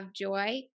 joy